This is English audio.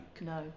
no